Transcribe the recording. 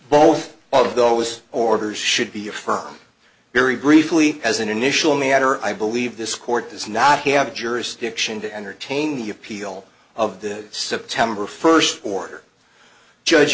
both of those orders should be affirmed very briefly as an initial matter i believe this court does not have jurisdiction to entertain the appeal of the september first order judge